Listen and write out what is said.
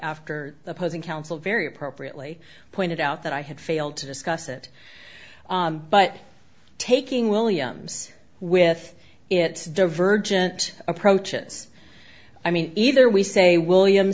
the opposing counsel very appropriately pointed out that i had failed to discuss it but taking williams with it divergent approaches i mean either we say williams